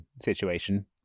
situation